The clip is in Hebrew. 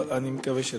אני מקבל את